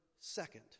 second